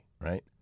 right